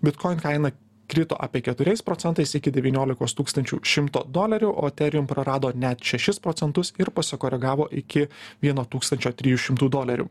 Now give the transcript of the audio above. bitcoin kaina krito apie keturiais procentais iki devyniolikos tūkstančių šimto dolerių o etherium prarado net šešis procentus ir pasikoregavo iki vieno tūkstančio trijų šimtų dolerių